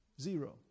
zero